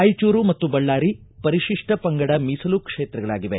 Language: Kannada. ರಾಯಚೂರು ಮತ್ತು ಬಳ್ಳಾರಿ ಪರಿತಿಷ್ಟ ಪಂಗಡ ಮೀಸಲು ಕ್ಷೇತ್ರಗಳಾಗಿವೆ